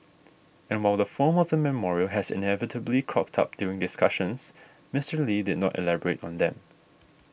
and while the form was memorial has inevitably cropped up during discussions Mister Lee did not elaborate on them